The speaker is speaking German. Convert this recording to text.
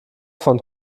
von